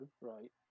right